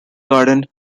garden